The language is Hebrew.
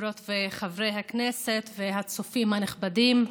חברות וחברי הכנסת והצופים הנכבדים,